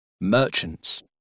Merchants